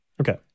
Okay